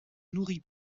nourrit